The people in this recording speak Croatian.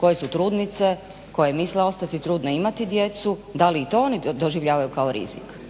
koje su trudnice koje misle ostati trudne i imati djecu, da li i to oni doživljavaju kao rizik?